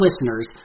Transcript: listeners